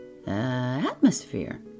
atmosphere